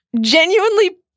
genuinely